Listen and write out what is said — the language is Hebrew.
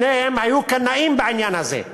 שניהם היו קנאים בעניין הזה.